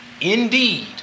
Indeed